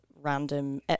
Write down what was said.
random